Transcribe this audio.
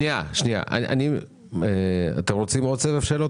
סליחה, אתם רוצים עוד סבב שאלות?